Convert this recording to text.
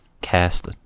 cast